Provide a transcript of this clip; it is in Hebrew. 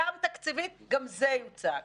גם תקציבית גם זה יוצג,